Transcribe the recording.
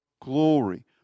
glory